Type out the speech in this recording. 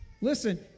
Listen